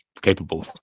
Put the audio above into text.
capable